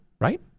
Right